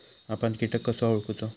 आपन कीटक कसो ओळखूचो?